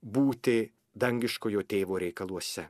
būti dangiškojo tėvo reikaluose